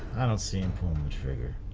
i don't see him pulling the trigger.